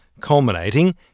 culminating